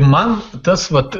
man tas vat